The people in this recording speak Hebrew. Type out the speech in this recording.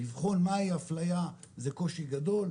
לבחון מה היא אפליה זה קושי גדול,